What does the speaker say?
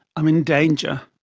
i am in danger,